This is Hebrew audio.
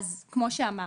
כמו שאמרתי,